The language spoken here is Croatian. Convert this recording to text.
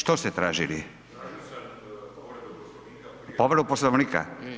Što ste tražili? … [[Upadica se ne razumije.]] Povredu Poslovnika?